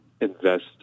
invest